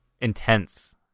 intense